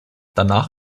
danach